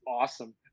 awesome